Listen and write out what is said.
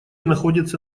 находится